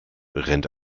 rennt